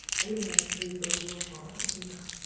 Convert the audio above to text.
i even have these little heels on. you know,